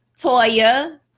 Toya